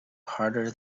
harder